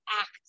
act